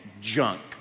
junk